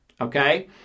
Okay